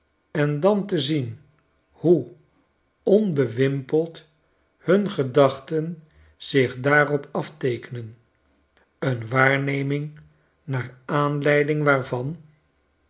en dan te zien hoe onbewimpeld hun gedachten zich daarop afteekenen en waarneming naar aanleiding waarvan